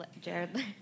Jared